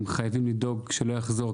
והם חייבים לדאוג שזה לא יחזור.